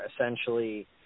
essentially